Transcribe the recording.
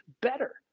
better